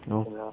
you know